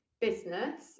business